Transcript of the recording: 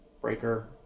breaker